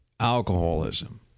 alcoholism